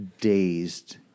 dazed